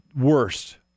worst